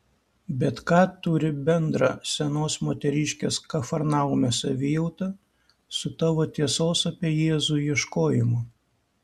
bet ką turi bendra senos moteriškės kafarnaume savijauta su tavo tiesos apie jėzų ieškojimu